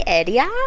area